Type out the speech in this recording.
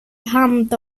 hand